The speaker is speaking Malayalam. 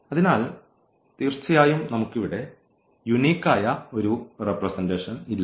അതിനാൽ തീർച്ചയായും നമുക്ക് ഇവിടെ യൂണിക് ആയ ഒരു റെപ്രെസെന്റഷൻ ഇല്ല